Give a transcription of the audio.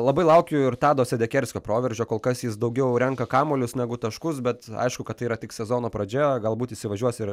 labai laukiu ir tado sedekerskio proveržio kol kas jis daugiau renka kamuolius negu taškus bet aišku kad tai yra tik sezono pradžia galbūt įsivažiuos ir